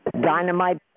Dynamite